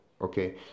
okay